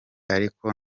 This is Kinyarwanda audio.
ariko